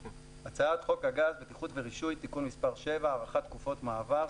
הצעת חוק הגז (בטיחות ורישוי) (תיקון מס' 7) (הארכת תקופות מעבר),